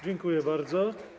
Dziękuję bardzo.